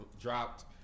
dropped